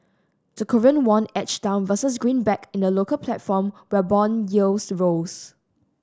the Korean won edged down versus greenback in the local platform while bond yields rose